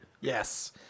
Yes